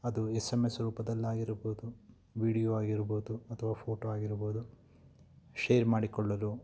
ಅದು S M S ರೂಪದಲ್ಲಾಗಿರ್ಬೋದು video ಆಗಿರ್ಬೋದು ಅಥವಾ ಫೋಟೋ ಆಗಿರ್ಬೋದು ಶೇರ್ ಮಾಡಿಕೊಳ್ಳಲು